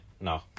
No